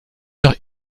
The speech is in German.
noch